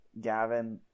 Gavin